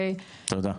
תודה,